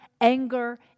anger